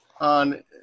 on